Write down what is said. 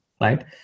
right